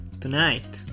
tonight